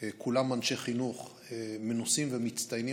וכולם אנשי חינוך מנוסים ומצטיינים,